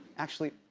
actually,